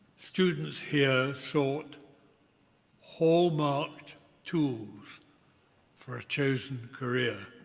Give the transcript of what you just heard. students here sought hallmarked tools for a chosen career.